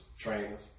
trainers